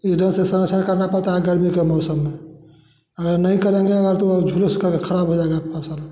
इस डर से साय साय करना पड़ता है गर्मी के मौसम में अगर नहीं करेंगे हमारे तो वह का खराब हो जाएगा फसल